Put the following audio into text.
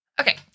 okay